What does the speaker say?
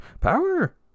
Power